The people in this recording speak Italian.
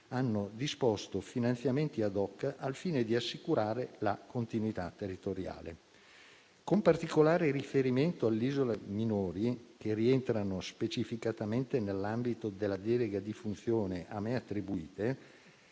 hanno disposto finanziamenti *ad hoc* al fine di assicurare la continuità territoriale. Con particolare riferimento alle isole minori, che rientrano specificatamente nell'ambito della delega di funzione a me attribuita,